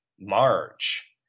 March